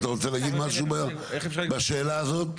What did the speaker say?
אתה רוצה להגיד משהו בשאלה הזאת?